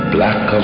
Black